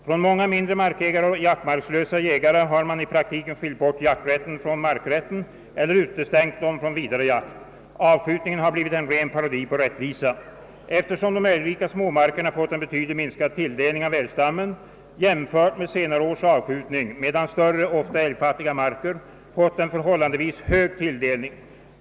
Från många mindre markägare och jaktmarkslösa jägare har man i praktiken skilt bort jakträtten från markrätten eller utestängt dem från vidare jakt. Avskjutningen har blivit en ren parodi på rättvisa, eftersom de älgrika småmarkerna fått en betydligt minskad tilldelning av älgstammen jämfört med senare års avskjutning, medan större, ofta älgfattiga marker, fått en förhållandevis hög tilldelning.